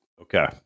Okay